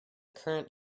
current